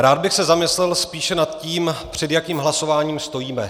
Rád bych se zamyslel spíše nad tím, před jakým hlasováním stojíme.